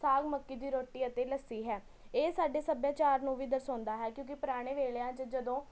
ਸਾਗ ਮੱਕੀ ਦੀ ਰੋਟੀ ਅਤੇ ਲੱਸੀ ਹੈ ਇਹ ਸਾਡੇ ਸੱਭਿਆਚਾਰ ਨੂੰ ਵੀ ਦਰਸਾਉਂਦਾ ਹੈ ਕਿਉਂਕਿ ਪੁਰਾਣੇ ਵੇਲਿਆਂ 'ਚ ਜਦੋਂ